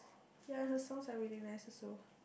yea her songs are very nice also